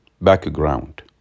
Background